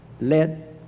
let